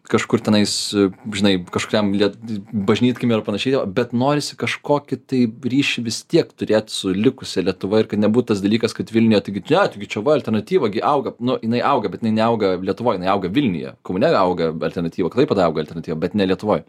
kažkur tenais bžnai kažkuriam liet bažnytkaimyje ar panašiai o bet norisi kažko kitaip grįši vis tiek turėt su likusia lietuva ir nebūtas dalykas kad vilniuje taigi ne čia va alternatyva gi auga nu jinai auga bet jinai neauga lietuvoj jinai auga vilniuje kaune auga b alternatyvų klaipėdoj auga alternatyvų bet ne lietuvoj